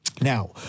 Now